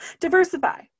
Diversify